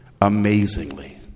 amazingly